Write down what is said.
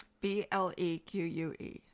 B-L-E-Q-U-E